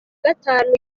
gatanu